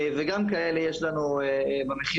וגם כאלה יש לנו במחירון.